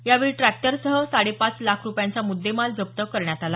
यावेळी ट्रॅक्टरसह साडेपाच लाखा रुपयांचा मुद्देमाल जप्त करण्यात आला